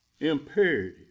imperative